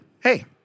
hey